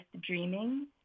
dreaming